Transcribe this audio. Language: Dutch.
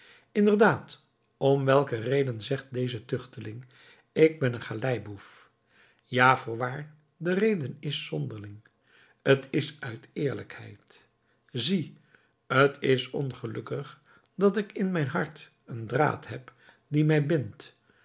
inderdaad om welke reden zegt deze tuchteling ik ben een galeiboef ja voorwaar de reden is zonderling t is uit eerlijkheid zie t is ongelukkig dat ik in mijn hart een draad heb die mij bindt